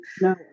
No